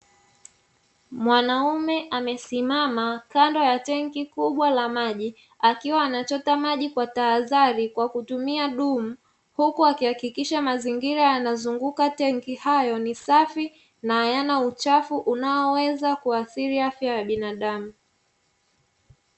Mwanaume amesimama kando ya tenki kubwa la maji akiwa anachota maji kwa taadhari kwa kutumia dumu, huku akihakikisha mazingira yanayozunguka tenki hayo ni safi na hayana uchafu unaoweza kuathiri afya ya binadamu.